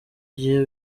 igihe